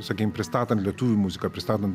sakykim pristatant lietuvių muziką pristatant